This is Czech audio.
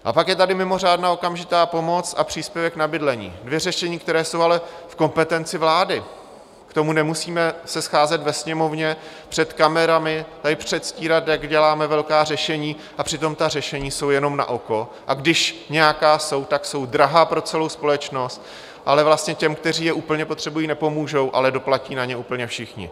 A pak je tady mimořádná okamžitá pomoc a příspěvek na bydlení, dvě řešení, která jsou ale v kompetenci vlády, k tomu se nemusíme scházet ve Sněmovně před kamerami, tady předstírat, jak děláme velká řešení, a přitom ta řešení jsou jenom na oko, a když nějaká jsou, tak jsou drahá pro celou společnost vlastně těm, kteří je potřebují, úplně nepomůžou, ale doplatí na ně všichni.